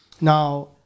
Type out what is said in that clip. Now